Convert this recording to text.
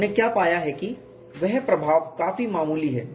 हमने क्या पाया है कि वह प्रभाव काफी मामूली है